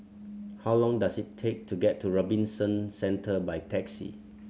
how long does it take to get to Robinson Centre by taxi